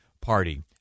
Party